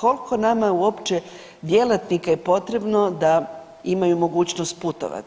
Koliko nama uopće djelatnika je potrebno da imaju mogućnost putovat,